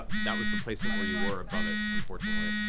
that was the placement where you were above it, unfortunately.